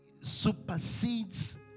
supersedes